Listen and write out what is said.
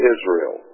Israel